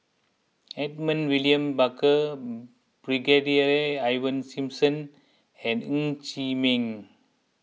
Edmund William Barker Brigadier Ivan Simson and Ng Chee Meng